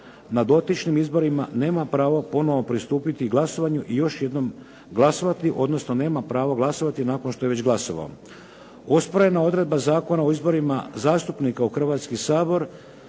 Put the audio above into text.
na dotičnim izborima nema pravo ponovno pristupiti glasovanju i još jednom glasovati, odnosno nema pravo glasovati nakon što je već glasovao. Osporena odredba Zakona o izborima zastupnika u Hrvatski sabor